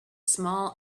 small